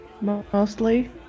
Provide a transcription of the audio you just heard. Mostly